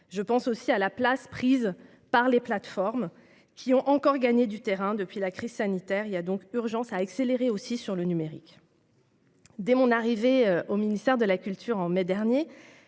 Je pense aussi à la place prise par les plateformes, qui ont encore gagné du terrain depuis la crise sanitaire. Il y a donc urgence à accélérer également sur le numérique. Dès mon arrivée au ministère de la culture, en mai dernier,